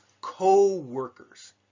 co-workers